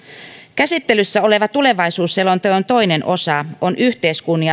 käsittelyssä oleva tulevaisuusselonteon toinen osa on yhteiskunnan